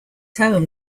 home